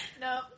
No